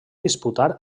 disputar